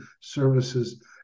services